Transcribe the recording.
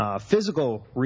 Physical